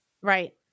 Right